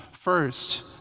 First